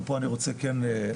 ופה אני רוצה כן לומר,